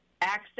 Access